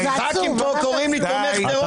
--- חברי כנסת קוראים לי פה "תומך טרור",